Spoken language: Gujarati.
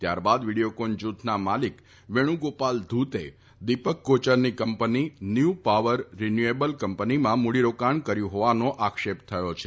ત્યારબાદ વિડિયોકોન જૂથના માલિક વેણુગોપાલ ધૂતે દિપક કોચરની કંપની ન્યુ પાવર રીન્યુએબલ કંપનીમાં મૂડી રોકાણ કર્યું હોવાનો આક્ષેપ થયો છે